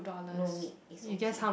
no need it's okay